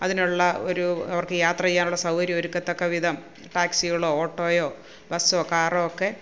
അതിനുള്ള ഒരു അവർക്ക് യാത്ര ചെയ്യാനുള്ള സൗകര്യം ഒരുക്കത്തക്ക വിധം ടാക്സികളോ ഓട്ടോയോ ബസോ കാറോ ഒക്കെ